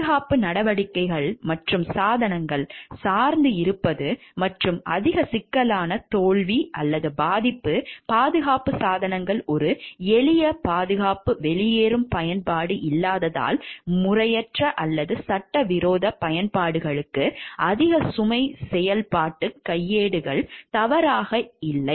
பாதுகாப்பு நடவடிக்கைகள் மற்றும் சாதனங்கள் சார்ந்து இருப்பது மற்றும் அதிக சிக்கலான தோல்வி பாதிப்பு பாதுகாப்பு சாதனங்கள் ஒரு எளிய பாதுகாப்பு வெளியேறும் பயன்பாடு இல்லாததால் முறையற்ற அல்லது சட்டவிரோத பயன்பாடுகளுக்கு அதிக சுமை செயல்பாட்டு கையேடுகள் தயாராக இல்லை